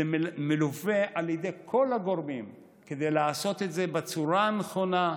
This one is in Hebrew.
זה מלווה על ידי כל הגורמים כדי לעשות את זה בצורה הנכונה,